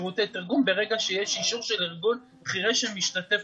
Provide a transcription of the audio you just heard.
חברות וחברי הכנסת,